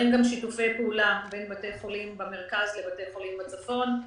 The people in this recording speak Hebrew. הוא שנוצרים שיתופי פעולה בין בתי חולים במרכז לבתי חולים בצפון.